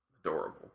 Adorable